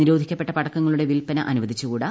നിരോധിക്കപ്പെട്ട പടക്കങ്ങളുടെ വിൽപ്പന അനുവദിച്ചുകൂടാ